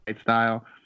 style